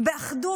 באחדות,